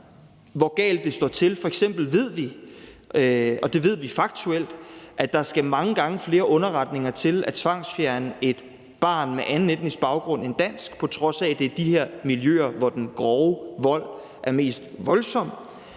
hvor galt det står til. F.eks. ved vi, og det ved vi faktuelt, at der skal mange gange flere underretninger til at tvangsfjerne et barn med anden etnisk baggrund end dansk, på trods af at det er i de her miljøer, den grove vold er mest voldsom.